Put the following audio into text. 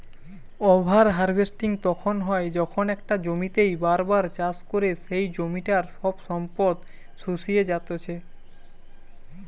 over harvesting তখন হয় যখন একটা জমিতেই বার বার চাষ করে সেই জমিটার সব সম্পদ শুষিয়ে জাত্ছে